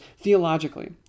theologically